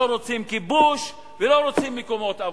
לא רוצים כיבוש ולא רוצים מקומות עבודה.